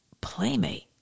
Playmate